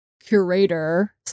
curator